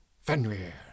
Fenrir